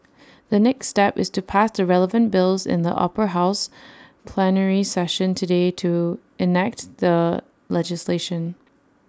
the next step is to pass the relevant bills in the Upper House plenary session today to enact the legislation